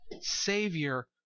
Savior